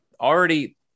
already